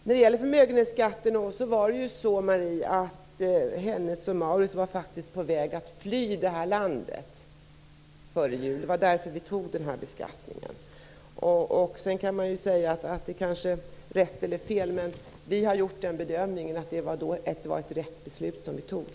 När det gäller förmögenhetsskatten var det på så sätt, Marie Engström, att Hennes & Mauritz var på väg att fly det här landet före jul. Det var därför vi fattade beslutet om beskattningen. Man kan säga att det var rätt eller fel, men vi har gjort bedömningen att det var ett riktigt beslut som vi fattade.